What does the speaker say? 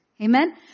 Amen